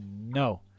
No